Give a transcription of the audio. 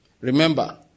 Remember